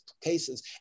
cases